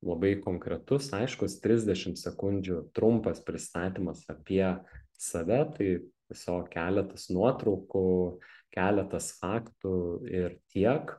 labai konkretus aiškus trisdešim sekundžių trumpas pristatymas apie save tai tiesiog keletas nuotraukų keletas faktų ir tiek